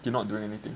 he not doing anything